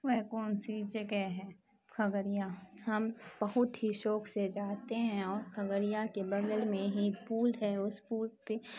وہ کون سی جگہ ہے کھگریا ہم بہت ہی شوق سے جاتے ہیں اور کھگریا کے بغل میں ہی پول ہے اس پول پہ